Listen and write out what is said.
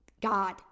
God